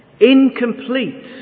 incomplete